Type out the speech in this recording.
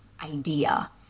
idea